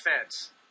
fence